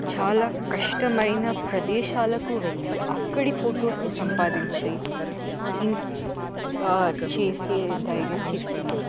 చాలా కష్టమైన ప్రదేశాలకు వెళ్ళి అక్కడి ఫొటోస్ని సంపాదించి చేసే ధైర్యం చేస్తున్నారు